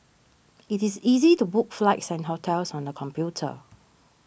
it is easy to book flights and hotels on the computer